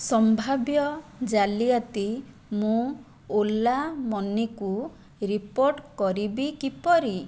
ସମ୍ଭାବ୍ୟ ଜାଲିଆତି ମୁଁ ଓଲା ମନିକୁ ରିପୋର୍ଟ କରିବି କିପରି